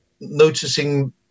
noticing